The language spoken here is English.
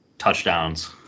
Touchdowns